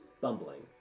bumbling